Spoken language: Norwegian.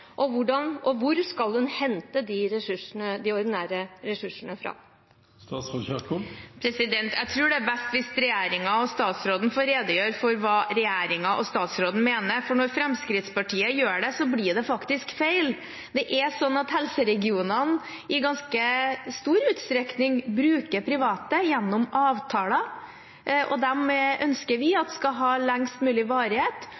og hvor skal hun hente de ekstraordinære ressursene fra? Jeg tror det er best hvis regjeringen og statsråden får redegjøre for hva regjeringen og statsråden mener, for når Fremskrittspartiet gjør det, blir det faktisk feil. Helseregionene bruker i ganske stor utstrekning private gjennom avtaler, og dem ønsker vi skal ha lengst mulig varighet.